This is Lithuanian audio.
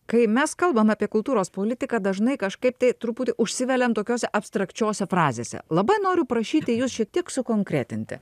kai mes kalbam apie kultūros politiką dažnai kažkaip tai truputį užsiveliam tokiose abstrakčiose frazėse labai noriu prašyti jus šiek tiek sukonkretinti